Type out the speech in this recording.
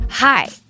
Hi